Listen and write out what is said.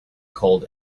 cold